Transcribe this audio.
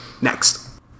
Next